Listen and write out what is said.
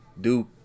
Duke